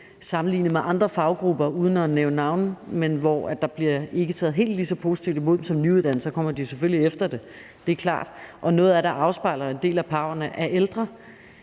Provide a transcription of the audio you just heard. sammenlignet med andre faggrupper – uden at nævne navne – hvor man ikke tager helt lige så positivt imod nyuddannede; så kommer de selvfølgelig efter det, det er klart. Noget af det afspejler, at en del af pau'erne er ældre